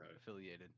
affiliated